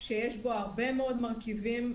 שיש בו הרבה מאוד מרכיבים,